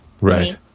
Right